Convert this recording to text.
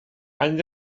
any